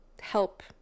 help